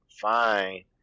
fine